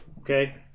Okay